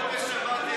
ההסתייגות (161)